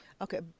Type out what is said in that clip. Okay